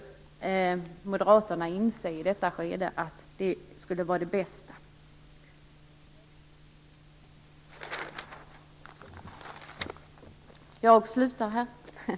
Moderaterna måste inse i detta skede att det skulle vara det bästa för Sverige att stå utanför.